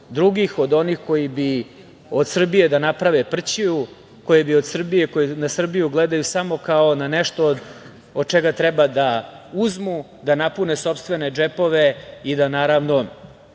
drugih, od onih koji bi od Srbije da naprave prćiju, koji bi od Srbije, koji na Srbiju gledaju samo kao na nešto od čega treba da uzmu, da napune sopstvene džepove i da naravno